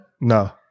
No